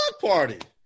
party